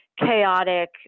chaotic